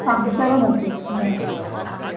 आं तत्सर्वमस्ति चिन्ता नास्ति